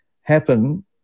happen